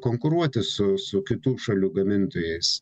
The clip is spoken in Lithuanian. konkuruoti su su kitų šalių gamintojais